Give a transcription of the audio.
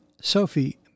Sophie